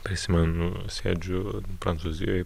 prisimenu sėdžiu prancūzijoj